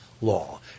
law